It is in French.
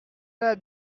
vais